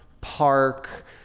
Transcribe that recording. park